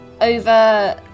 over